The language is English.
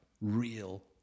real